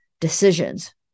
decisions